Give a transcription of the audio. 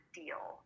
deal